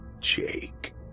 Jake